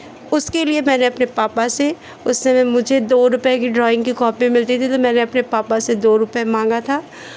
उसके लिए मैंने अपने पापा से उस समय मुझे दो रुपये की ड्रॉइंग की कॉपी मिलती थी तो मैंने अपने पापा से दो रुपये माँगा था